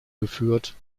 geführt